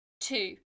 Two